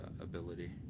ability